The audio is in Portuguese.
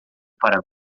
para